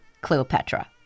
Cleopatra